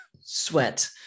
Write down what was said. sweat